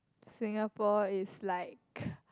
Singapore is like